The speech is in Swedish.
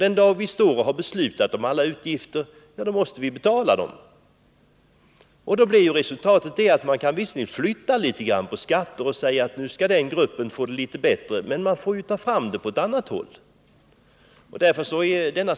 När vi fattat beslut om alla de insatser man diskuterat här, då måste vi ju betala utgifterna för dem. Man kan visserligen flytta på skatteuttaget mellan olika grupper. Man kan bestämma att en viss grupp skall få det litet bättre, men man måste ju ta fram pengarna från en annan grupp.